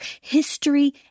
History